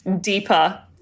deeper